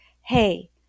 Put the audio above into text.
hey